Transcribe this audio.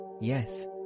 Yes